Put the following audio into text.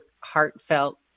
heartfelt